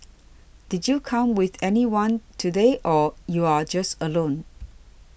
did you come with anyone today or you're just alone